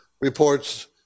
reports